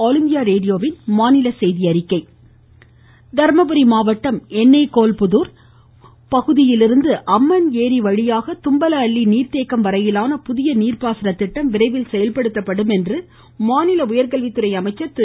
அன்பழகன் தர்மபுரி மாவட்டம் என்னேகோல்புதூர் பகுதியிலிருந்து அம்மன் ஏரி வழியாக தும்பலஅள்ளி நீர்த்தேக்கம் வரையிலான புதிய நீர்ப்பாசன திட்டம் விரைவில் செயல்படுத்தப்படும் என்று மாநில உயர்கல்வித்துறை அமைச்சர் திரு